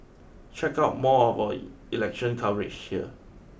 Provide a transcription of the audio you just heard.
check out more of our election coverage here